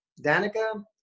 Danica